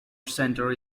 centre